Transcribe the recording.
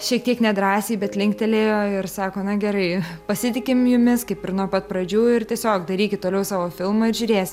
šiek tiek nedrąsiai bet linktelėjo ir sako na gerai pasitikim jumis kaip ir nuo pat pradžių ir tiesiog darykit toliau savo filmą ir žiūrėsim